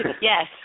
Yes